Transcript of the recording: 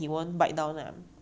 my fat cat doesn't care